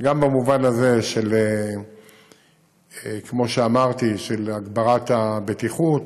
גם במובן הזה, כמו שאמרתי, של הגברת הבטיחות,